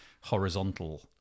horizontal